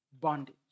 bondage